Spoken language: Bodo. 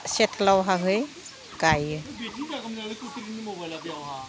सिथ्लायावहाय गायो